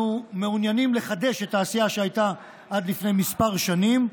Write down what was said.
אנחנו מעוניינים לחדש את העשייה שהייתה עד לפני כמה שנים,